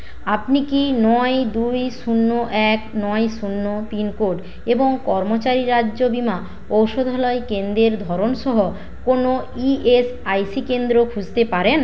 আপনি কি নয় দুই শূন্য এক নয় শূন্য পিনকোড এবং কর্মচারী রাজ্য বীমা ঔষধালয় কেন্দ্রের ধরন সহ কোনও ই এস আই সি কেন্দ্র খুঁজতে পারেন